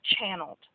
channeled